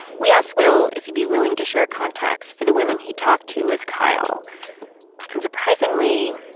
we asked will if he'd be willing to share contacts for the women he talked to as kyle and, surprisingly,